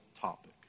topic